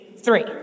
three